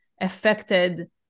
affected